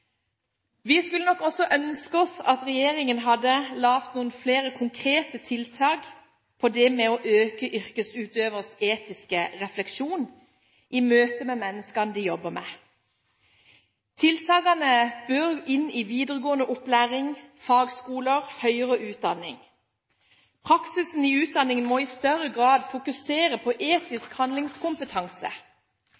Vi skulle nok også ønske oss at regjeringen hadde laget noen flere konkrete tiltak for å øke yrkesutøvers etiske refleksjon i møte med menneskene de jobber med. Tiltakene bør inn i videregående opplæring, fagskoler og høyere utdanning. Praksisen i utdanningene må i større grad fokusere på